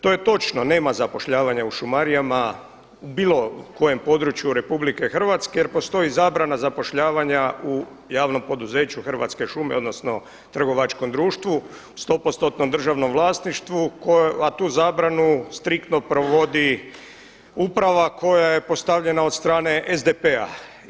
To je točno, nema zapošljavanja u šumarijama u bilo kojem području Republike Hrvatske jer postoji zabrana zapošljavanja u javnom poduzeću Hrvatske šume odnosno trgovačkom društvu u 100%-nom državnom vlasništvu, a tu zabranu striktno provodi uprava koja je postavljena od strane SDP-a.